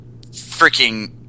freaking